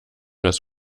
das